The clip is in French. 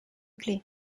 clés